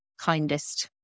kindest